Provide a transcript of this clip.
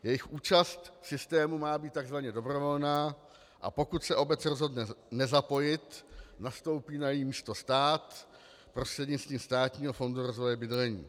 Jejich účast v systému má být takzvaně dobrovolná, a pokud se obec rozhodne nezapojit, nastoupí na její místo stát prostřednictvím Státního fondu rozvoje bydlení.